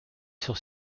sur